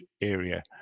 area